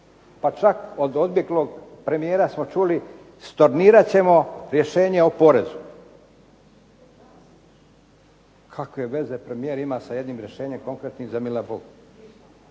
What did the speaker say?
pa čak od odbjeglog premijera smo čuli stornirat ćemo rješenje o porezu. Kakve veze premijer ima sa jednim rješenjem konkretnim za mila Boga.